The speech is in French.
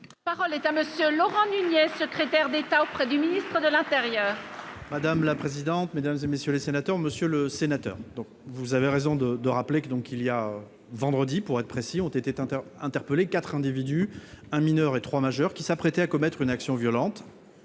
Parole est à monsieur Laurent Munier, secrétaire d'État auprès du ministre de l'Intérieur. Madame la présidente, mesdames et messieurs les sénateurs, Monsieur le Sénateur, vous avez raison de de rappeler que, donc, il y a, vendredi, pour être précis, ont été Tintin interpellé 4 individus un mineurs et 3 majeurs qui s'apprêtait à commettre une action violente